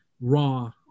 raw